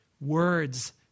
Words